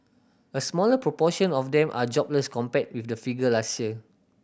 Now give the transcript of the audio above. a smaller proportion of them are jobless compared with the figure last year